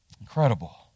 Incredible